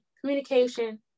communication